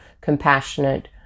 compassionate